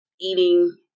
eating